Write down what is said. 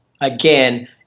again